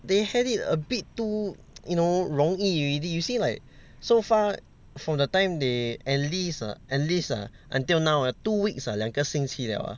they had it abit too you know 容易 already you see like so far from the time they enlist ah enlist ah until now ah two weeks ah 两个星期了 ah